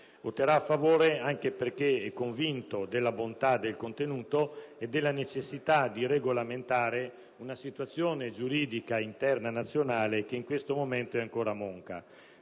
voterà a favore anche perché convinto della bontà del contenuto e della necessità di regolamentare una situazione giuridica interna che in questo momento è ancora monca.